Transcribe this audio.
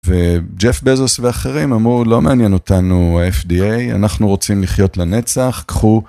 וג'ף בזוס ואחרים אמרו לא מעניין אותנו FDA אנחנו רוצים לחיות לנצח, קחו.